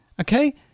okay